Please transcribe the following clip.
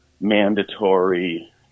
mandatory